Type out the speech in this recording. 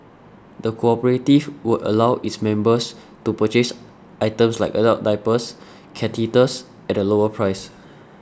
the cooperative would also allow its members to purchase items like adult diapers catheters at a lower price